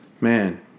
Man